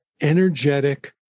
energetic